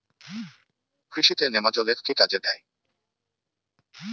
কৃষি তে নেমাজল এফ কি কাজে দেয়?